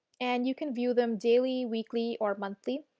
and you can view them daily, weekly or monthly.